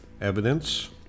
Evidence